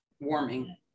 warming